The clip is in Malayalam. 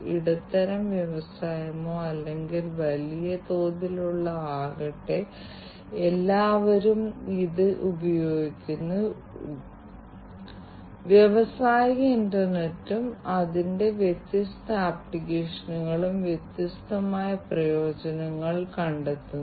അവസാനത്തെ കാര്യം ഈ വ്യത്യസ്ത തകരാറുകളുടെ യാന്ത്രികവും വേഗത്തിലുള്ളതുമായ രോഗനിർണയം അത് സംഭവിക്കാം IIoT സാങ്കേതികവിദ്യകളുടെ ഉപയോഗത്തിന്റെ സഹായത്തോടെ കാര്യക്ഷമമായും വേഗത്തിലും നടപ്പിലാക്കാൻ കഴിയും